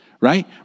right